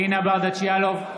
אינו נוכח אלינה ברדץ' יאלוב,